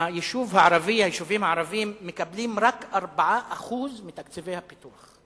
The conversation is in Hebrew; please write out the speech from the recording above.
היישובים הערביים מקבלים רק 4% מתקציבי הפיתוח.